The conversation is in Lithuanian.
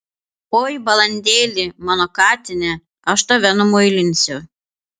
oi balandėli mano katine aš tave numuilinsiu